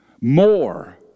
more